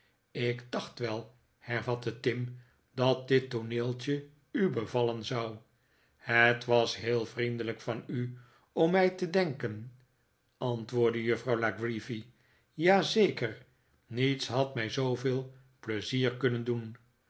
ik dacht wel hervatte tim dat dit tooneeltje u bevallen zou het was heel vriendelijk van u om mij te denken antwoordde juffrouw la creevy ja zeker niets had mij zooveel pleizier kunnen doen